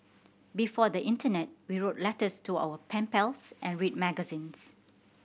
before the internet we wrote letters to our pen pals and read magazines